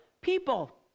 People